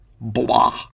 blah